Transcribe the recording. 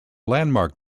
landmark